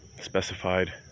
specified